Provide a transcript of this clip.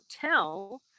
tell